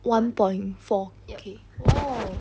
one point four K